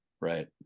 Right